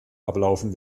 ablaufen